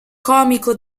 comico